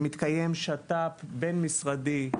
מתקיים שת"פ בין-משרדי.